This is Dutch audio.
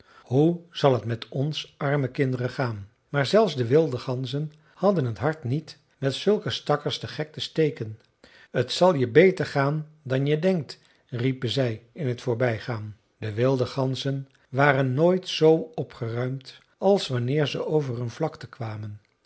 hoe zal het met ons arme kinderen gaan maar zelfs de wilde ganzen hadden het hart niet met zulke stakkers den gek te steken t zal je beter gaan dan je denkt riepen zij in t voorbijgaan de wilde ganzen waren nooit zoo opgeruimd als wanneer ze over een vlakte kwamen